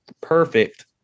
perfect